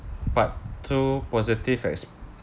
part two positive